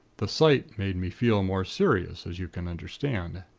the sight made me feel more serious, as you can understand.